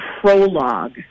Prologue